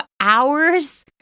hours